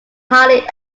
highly